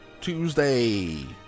Tuesday